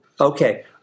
Okay